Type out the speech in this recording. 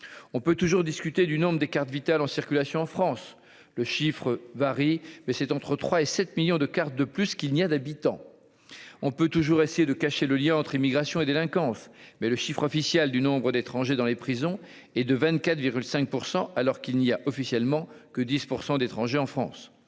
on peut toujours discuter du nombre des cartes vitales en circulation en France le chiffre varie mais c'est entre 3 et 7 millions de cartes de plus qu'il n'y a d'habitants, on peut toujours essayer de cacher le lien entre immigration et délinquance, mais le chiffre officiel du nombre d'étrangers dans les prisons et de 24,5 % alors qu'il n'y a, officiellement, que 10 % d'étrangers en France,